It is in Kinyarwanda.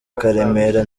karemera